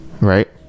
right